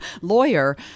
Lawyer